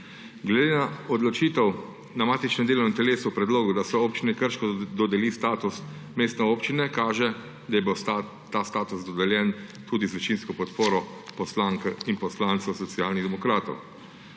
Glede na odločitev na matičnem delovnem telesu o predlogu, da so Občini Krško dodeli status mestne občine, kaže, da ji bo ta status dodeljen tudi z večinsko podporo poslank in poslancev Socialnih demokratov.